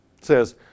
says